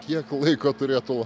kiek laiko turėtų